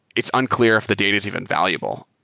it's unclear if the date is even valuable,